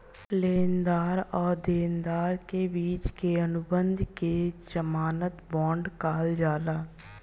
लेनदार आ देनदार के बिच के अनुबंध के ज़मानत बांड कहल जाला